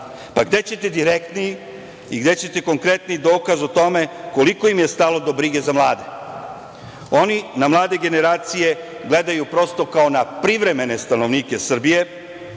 Gde ćete direktniji i gde ćete konkretniji dokaz o tome koliko im je stalo do brige za mlade? Oni na mlade generacije gledaju, prosto, kao na privremene stanovnike Srbije,